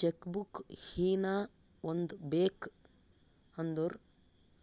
check book ಹೀನಾ ಒಂದ್ ಬೇಕ್ ಅಂದುರ್